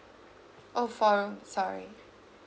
oh four room sorry